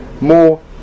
more